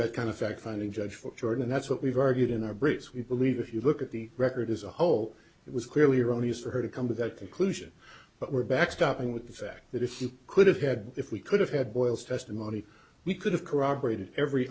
that kind of fact finding judge for jordan and that's what we've argued in our brit's we believe if you look at the record as a whole it was clearly erroneous for her to come to that conclusion but we're backstopping with the fact that if you could have had if we could have had boyle's testimony we could have corroborated every